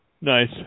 Nice